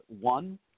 One